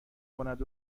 کند